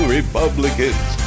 Republicans